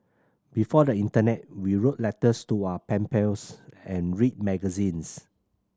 before the internet we wrote letters to our pen pals and read magazines